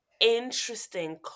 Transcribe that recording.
interesting